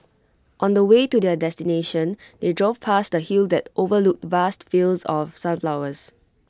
on the way to their destination they drove past A hill that overlooked vast fields of sunflowers